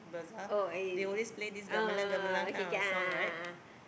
oh okay oh oh okay okay a'ah a'ah a'ah